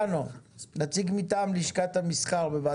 שמטייבת את עצמה ואנחנו נעקוב ונראה